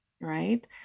Right